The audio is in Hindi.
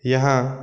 यहाँ